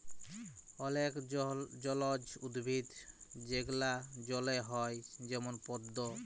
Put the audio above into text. অলেক জলজ উদ্ভিদ যেগলা জলে হ্যয় যেমল পদ্দ